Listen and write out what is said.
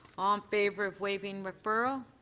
um favor of waiving referral.